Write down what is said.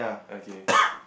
okay